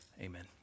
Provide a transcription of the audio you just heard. Amen